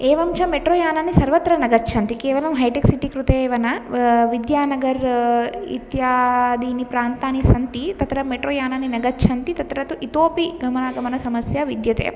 एवं च मेट्रो यानानि सर्वत्र न गच्छन्ति केवलं हैटेक् सिटि कृते एव न विद्यानगर् इत्यादीनि प्रान्तानि सन्ति तत्र मेट्रो यानानि न गच्छन्ति तत्र तु इतोपि गमनागमन समस्या विद्यते